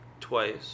Twice